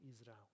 Israel